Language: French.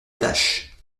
tâche